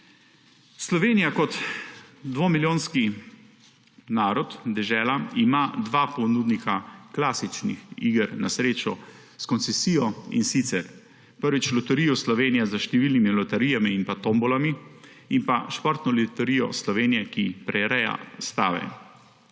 Slovenija kot dvomilijonski narod, dežela ima dva ponudnika klasičnih iger na srečo s koncesijo, in sicer Loterijo Slovenije s številnimi loterijami in tombolami ter Športno loterijo Slovenije, ki prireja stave.